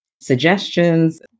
suggestions